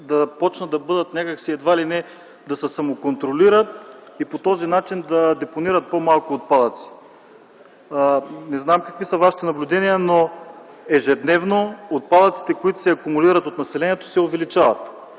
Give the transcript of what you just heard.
общините да започнат едва ли не да се самоконтролират и по този начин да депонират по-малко отпадъци. Не знам какви са Вашите наблюдения, но ежедневно отпадъците, които се акумулират от населението, се увеличават.